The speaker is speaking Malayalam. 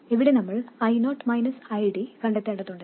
ഇവിടെ നമ്മൾ I0 ID കണ്ടെത്തേണ്ടതുണ്ട്